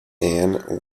anne